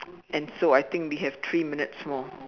and so I think we have three minutes more